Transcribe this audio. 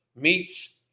meats